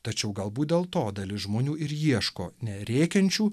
tačiau galbūt dėl to dalis žmonių ir ieško ne rėkiančių